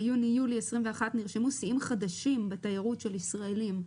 "ביוני-יולי 21 נרשמו שיאים חדשים בתיירות של ישראלים",